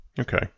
Okay